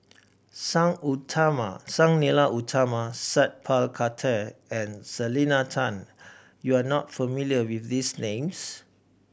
Sang Utama Sang Nila Utama Sat Pal Khattar and Selena Tan you are not familiar with these names